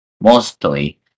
Mostly